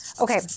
Okay